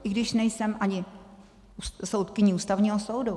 I když nejsem ani soudkyní Ústavního soudu.